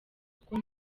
kuko